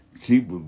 Keep